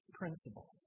principle